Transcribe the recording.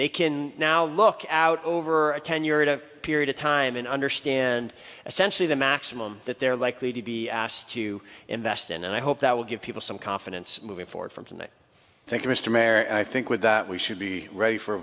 they can now look out over a ten year at a period of time and understand essentially the maximum that they're likely to be asked to invest in and i hope that will give people some confidence moving forward from tonight thank you mr mayor i think with that we should be ready for a